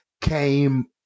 came